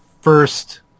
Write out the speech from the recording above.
first